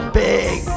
big